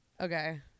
Okay